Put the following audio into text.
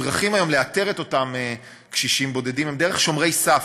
היום הדרכים לאתר את אותם קשישים בודדים הן דרך "שומרי סף",